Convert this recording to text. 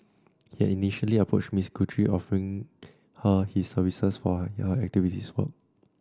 he had initially approached Miss Guthrie offering her his services for her activist work